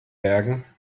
bergen